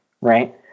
Right